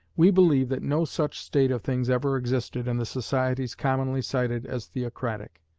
we believe that no such state of things ever existed in the societies commonly cited as theocratic.